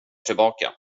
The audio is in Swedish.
tillbaka